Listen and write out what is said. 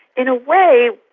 in a way,